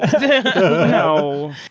No